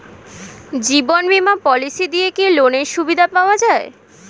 জীবন বীমা পলিসি দিয়ে কি লোনের সুবিধা পাওয়া যায়?